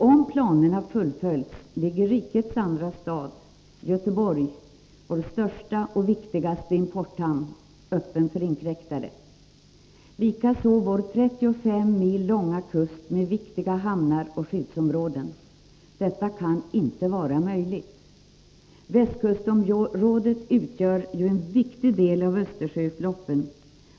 Om planerna fullföljs ligger rikets andra stad, Göteborg, vår största och viktigaste importhamn, öppen för inkräktare, likaså vår 35 mil långa kust med viktiga hamnar och skyddsområden. Detta kan inte vara möjligt! Västkustområdet utgör ju en viktig del av Östersjöutloppen.